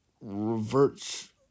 reverts